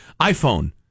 iPhone